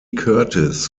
curtis